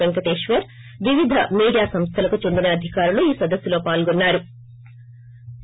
పెంకటేశ్వర్ వివిధ మీడియా సంస్దలకు చెందిన అధికారులు ఈ సదస్సులో పాల్గొన్నారు